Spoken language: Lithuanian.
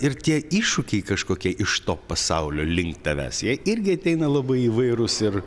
ir tie iššūkiai kažkokie iš to pasaulio link tavęs jie irgi ateina labai įvairūs ir